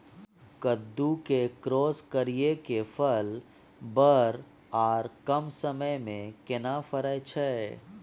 कद्दू के क्रॉस करिये के फल बर आर कम समय में केना फरय छै?